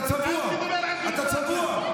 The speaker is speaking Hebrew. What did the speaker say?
אתה צבוע.